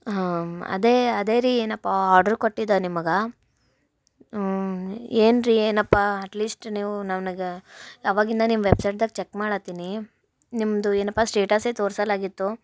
ಹಾಂ ಅದೇ ಅದೇ ರೀ ಏನಪ್ಪ ಆಡ್ರು ಕೊಟ್ಟಿದ್ದೆ ನಿಮಗೆ ಏನು ರಿ ಏನಪ್ಪ ಅಟ್ ಲೀಸ್ಟ್ ನೀವು ನನಗೆ ಯಾವಾಗಿಂದ ನಿಮ್ಮ ವೆಬ್ಸೈಟ್ದಾಗ ಚೆಕ್ ಮಾಡತ್ತೀನಿ ನಿಮ್ಮದು ಏನಪ್ಪ ಸ್ಟೇಟಸೇ ತೋರಿಸಲ್ಲಾಗಿತ್ತು